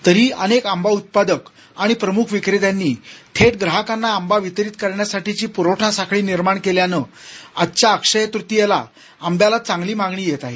तरीही अनेक आंबा उत्पादक आणि प्रमुख विक्रेत्यांनी थेट ग्राहकांना आंबा वितरित करण्यासाठीची पुरवठा साखळी निर्माण केल्यानं आजच्या अक्षय्य तृतीयेला आंब्याला चांगली मागणी येत आहे